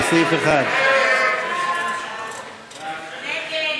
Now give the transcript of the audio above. לסעיף 1. ההסתייגות (3)